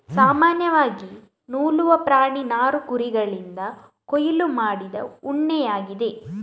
ಸಾಮಾನ್ಯವಾಗಿ ನೂಲುವ ಪ್ರಾಣಿ ನಾರು ಕುರಿಗಳಿಂದ ಕೊಯ್ಲು ಮಾಡಿದ ಉಣ್ಣೆಯಾಗಿದೆ